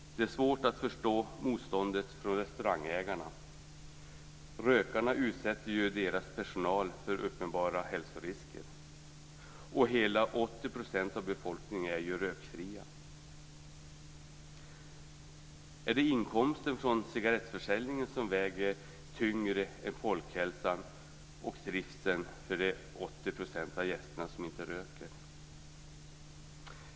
Det är svårt att förstå motståndet från restaurangägarna. Rökarna utsätter ju deras personal för uppenbara hälsorisker och hela 80 % av befolkningen är rökfria. Är det inkomsten från cigarettförsäljningen som väger tyngre än folkhälsan och trivseln för de 80 % av gästerna som inte röker?